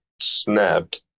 snapped